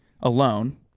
alone